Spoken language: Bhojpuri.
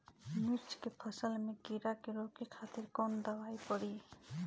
मिर्च के फसल में कीड़ा के रोके खातिर कौन दवाई पड़ी?